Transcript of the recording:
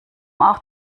auch